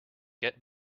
get